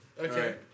Okay